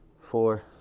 four